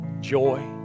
joy